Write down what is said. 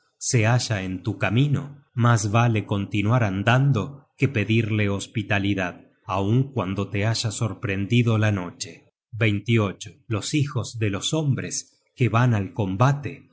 se halla en tu camino mas vale continuar andando que pedirla hospitalidad aun cuando te haya sorprendido la noche los hijos de los hombres que van al combate